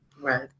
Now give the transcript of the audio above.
Right